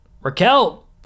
Raquel